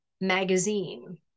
magazine